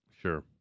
Sure